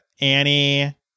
Annie